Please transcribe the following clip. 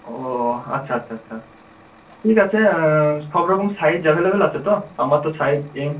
ও আচ্ছা আচ্ছা আচ্ছা ঠিক আছে সব রকম সাইজ অ্যাভেলেবল আছে তো আমার তো সাইজ এম